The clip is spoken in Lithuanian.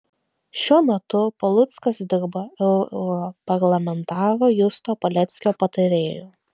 šiuo metu paluckas dirbo europarlamentaro justo paleckio patarėju